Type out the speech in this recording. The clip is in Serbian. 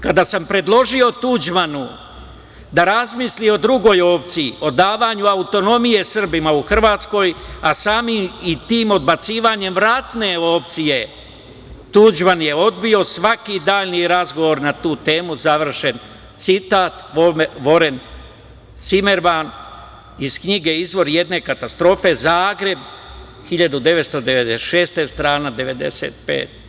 Kada sam predložio Tuđmanu da razmisli o drugoj opciji, o davanju autonomije Srbima u Hrvatskoj, a samim i tim odbacivanjem vratne opcije, Tuđman je odbio svaki daljni razgovor na tu temu“, završen citat, Voren Cimerman iz knjige „Izvor jedne katastrofe“, Zagreb, 1996. godine, strana 95.